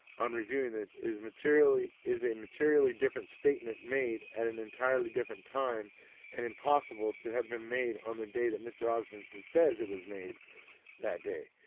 on reviewing this is is a materially different statement made at an entirely different time and impossible to have been made on the day that mr osmunson says it was made that day.